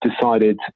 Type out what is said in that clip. decided